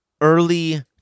early